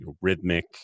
rhythmic